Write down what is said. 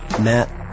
Matt